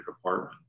department